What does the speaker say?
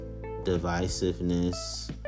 divisiveness